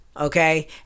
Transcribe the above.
okay